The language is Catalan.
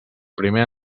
primer